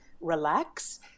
relax